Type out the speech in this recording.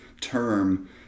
term